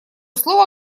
слово